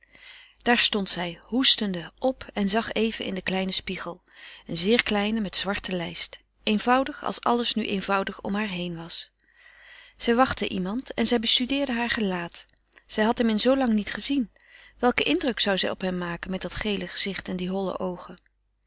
daarna stond zij hoestende op en zag even in den kleinen spiegel een zeer kleinen met zwarte lijst eenvoudig als alles nu eenvoudig om haar heen was zij wachtte iemand en zij bestudeerde haar gelaat zij had hem in zoo lang niet gezien welken indruk zou zij op hem maken met dat gele gezicht en die holle oogen